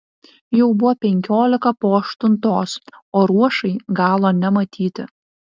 jau buvo penkiolika po aštuntos o ruošai galo nematyti